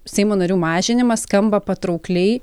seimo narių mažinimas skamba patraukliai